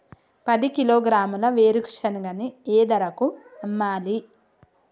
పది కిలోగ్రాముల వేరుశనగని ఏ ధరకు అమ్మాలి?